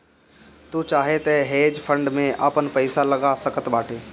तू चाहअ तअ हेज फंड में आपन पईसा लगा सकत बाटअ